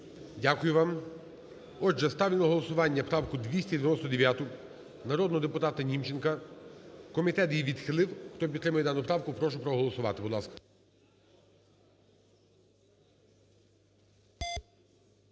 Дякую вам. Отже, ставлю на голосування правку 299 народного депутатаНімченка. Комітет її відхилив. Хто підтримує дану правку, прошу проголосувати,